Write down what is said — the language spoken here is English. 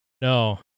No